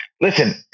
listen